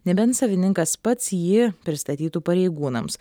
nebent savininkas pats jį pristatytų pareigūnams